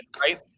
right